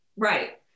Right